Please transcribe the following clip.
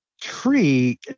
tree